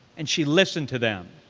and she listened to them.